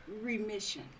remission